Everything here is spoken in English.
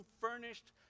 furnished